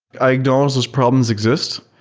i acknowledge those problems exist.